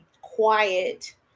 quiet